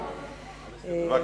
שעה.